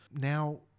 now